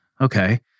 Okay